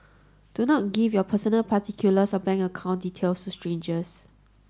do not give your personal particulars or bank account details to strangers